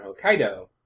Hokkaido